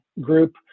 Group